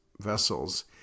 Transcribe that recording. vessels